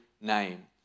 name